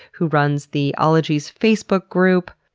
who runs the ologies facebook group,